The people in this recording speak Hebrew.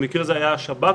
במקרה זה היה השב"כ,